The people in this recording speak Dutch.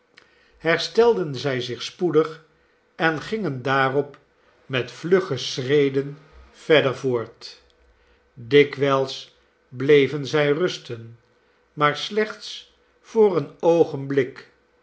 herstelden zij zich spoedig en gingen daarop met vlugge schreden verder voort dikwijls bleven zij rusten maar slechts voor een oogenblik